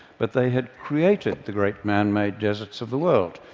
but they had created the great manmade deserts of the world.